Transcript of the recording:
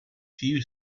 few